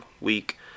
week